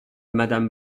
madame